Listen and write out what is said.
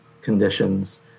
conditions